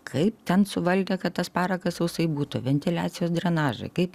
kaip ten suvaldė kad tas parakas sausai būtų ventiliacijos drenažai kaip